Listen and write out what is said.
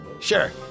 sure